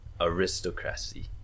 aristocracy